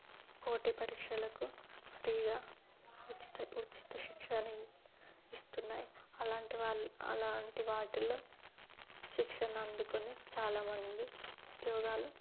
పోటీ పరీక్షలకు ఫ్రీగా ఉచిత ఉచిత శిక్షణ ఇ ఇస్తున్నాయి అలాంటి వాళ్ళ అలాంటి వాటిల్లో శిక్షణ అందుకుని చాలామంది ఉద్యోగాలు